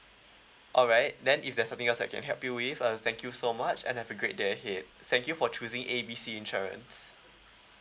alright then if there's nothing else that I can help you with uh thank you so much and have a great day ahead thank you for choosing A B C insurance